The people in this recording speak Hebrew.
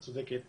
את צודקת,